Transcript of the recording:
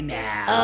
now